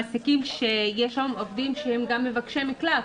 המעסיקים שיש להם עובדים שהם גם מבקשי מקלט.